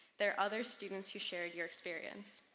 there are other students who shared your experience.